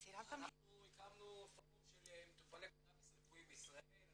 אנחנו הקמנו פורום של מטופלי קנאביס רפואי בישראל,